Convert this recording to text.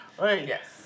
Yes